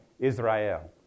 Israel